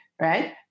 right